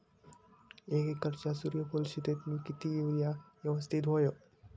एक एकरच्या सूर्यफुल शेतीत मी किती युरिया यवस्तित व्हयो?